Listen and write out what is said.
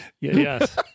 yes